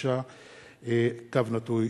רוברט אילטוב,